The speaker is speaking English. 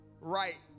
right